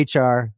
HR